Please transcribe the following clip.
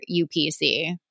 UPC